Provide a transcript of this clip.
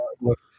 look